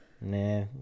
Nah